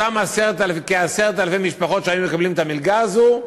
אותן כ-10,000 משפחות שהיו מקבלות את המלגה הזו,